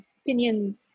opinions